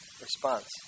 response